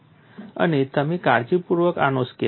અને તમે કાળજીપૂર્વક આનો સ્કેચ બનાવો